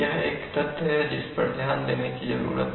यह एक तथ्य है जिस पर ध्यान देने की जरूरत है